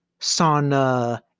Sauna